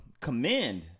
commend